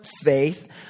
faith